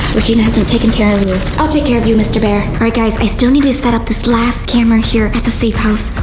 regina hasn't taken care of you. i'll take care of you mister bear. all right guys, i still need to set up this last camera here at the safe house.